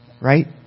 Right